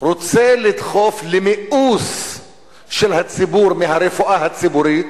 רוצה לדחוף למיאוס של הציבור מהרפואה הציבורית,